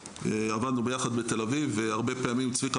עבדנו יחד בתל אביב והרבה פעמים צביקה